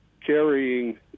carrying